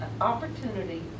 opportunity